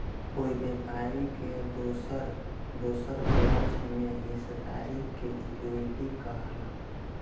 कोई व्यापारी के दोसर दोसर ब्याज में हिस्सेदारी के इक्विटी कहाला